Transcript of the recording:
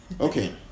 okay